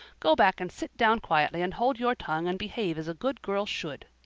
go back and sit down quietly and hold your tongue and behave as a good girl should.